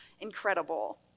incredible